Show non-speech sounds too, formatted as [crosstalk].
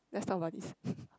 let's talk about this [laughs]